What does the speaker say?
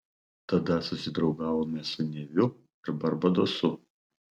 tada susidraugavome su neviu ir barbadosu